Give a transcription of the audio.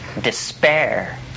despair